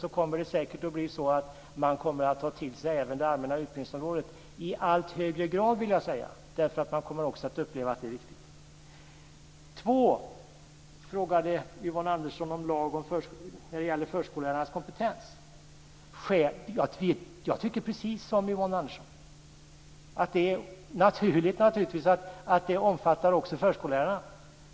Då kommer det säkert att bli så att man - i allt högre grad vill jag säga - kommer att ta till sig det allmänna utbildningsområdet. Man kommer också att uppleva att det är viktigt. Det andra som Yvonne Andersson frågade om var en lag om förskollärarnas kompetens. Jag tycker precis som Yvonne Andersson att det förstås är naturligt att det omfattar också förskollärarna.